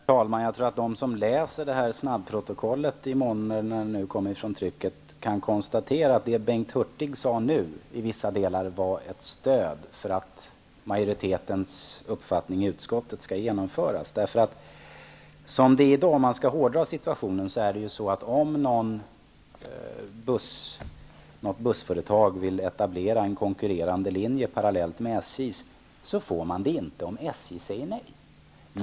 Herr talman! Jag tror att de som läser snabbprotokollet i morgon, eller när det nu kommer från trycket, kan konstatera att det Bengt Hurtig nu sade i vissa delar var ett stöd för att utskottsmajoritetens uppfattning skall genomföras. Om man skall hårdra det hela är situationen i dag den, att om något bussföretag vill etablera en konkurrerande linje parallellt med SJ:s, får man det inte om SJ säger nej.